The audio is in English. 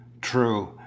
True